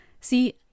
See